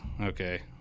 okay